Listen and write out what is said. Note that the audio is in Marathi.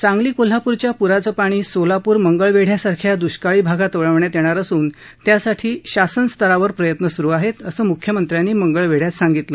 सांगली कोल्हापूरच्या प्राचं पाणी सोलापूर मंगळवेढ्यासारख्या द्ष्काळी भागात वळवण्यात येणार असून त्यासाठी शासन स्तरावर प्रयत्न स्रु आहेत असं म्ख्यमंत्र्यांनी मंगळवेढ्यात सांगितलं